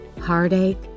heartache